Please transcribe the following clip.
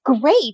great